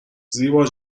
زیبا